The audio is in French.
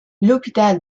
l’hôpital